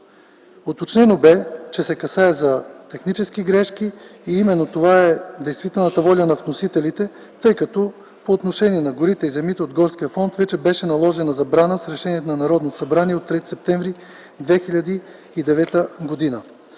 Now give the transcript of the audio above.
Уточнено бе, че се касае за технически грешки и именно това е действителната воля на вносителите, тъй като по отношение на горите и земите от горския фонд вече бе наложена забрана с Решението на Народното събрание от 3 септември 2009 г.